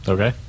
Okay